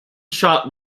shot